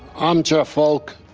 i'm jeff. ah like